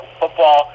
football